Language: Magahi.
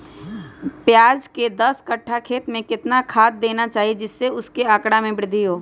प्याज के दस कठ्ठा खेत में कितना खाद देना चाहिए जिससे उसके आंकड़ा में वृद्धि हो?